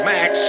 Max